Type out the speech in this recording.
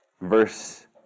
verse